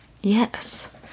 Yes